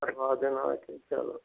करवा देना